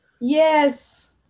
Yes